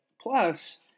Plus